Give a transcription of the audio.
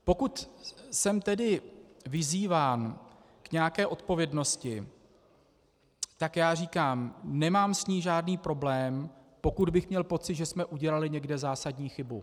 Pokud jsem tedy vyzýván k nějaké odpovědnosti, tak já říkám, nemám s ní žádný problém, pokud bych měl pocit, že jsme někde udělali zásadní chybu.